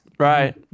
right